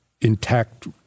intact